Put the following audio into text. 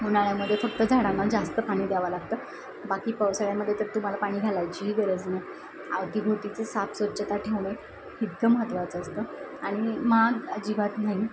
उन्हाळ्यामध्ये फक्त झाडांना जास्त पाणी द्यावं लागतं बाकी पावसाळ्यामध्ये तर तुम्हाला पाणी घालायचीही गरज नाही अवतीभवतीचं साफ स्वच्छता ठेवणे इतकं महत्त्वाचं असतं आणि महाग अजिबात नाही